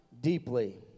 deeply